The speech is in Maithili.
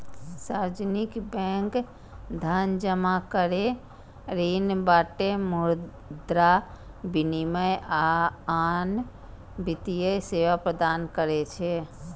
सार्वजनिक बैंक धन जमा करै, ऋण बांटय, मुद्रा विनिमय, आ आन वित्तीय सेवा प्रदान करै छै